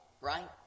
right